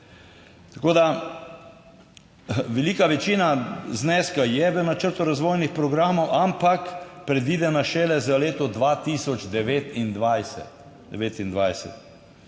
Tako, da velika večina zneska je v načrtu razvojnih programov, ampak predvidena šele za leto 2029,